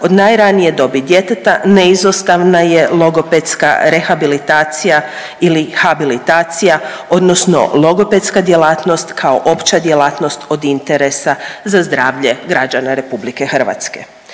od najranije dobi djeteta neizostavna je logopedska rehabilitacija ili habilitacija odnosno logopedska djelatnost kao opća djelatnost od interesa za zdravlja građana RH. Zdravlje